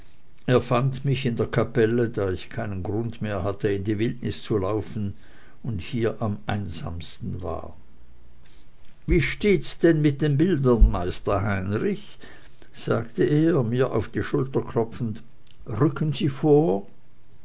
er fand mich in der kapelle da ich keinen grund mehr hatte in die wildnis zu laufen und hier am einsamsten war wie steht's denn mit den bildern meister heinrich sagte er mir auf die schulter klopfend rücken sie vor